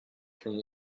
from